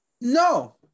No